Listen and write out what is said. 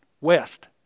West